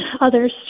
others